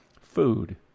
Food